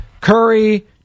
Curry